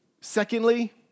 Secondly